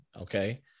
okay